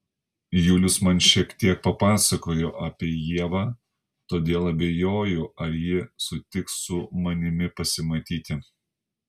julius man šiek tiek papasakojo apie ievą todėl abejoju ar ji sutiks su manimi pasimatyti